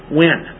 win